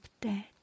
dead